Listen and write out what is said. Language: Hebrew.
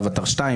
אווטאר 2,